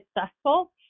successful